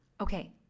Okay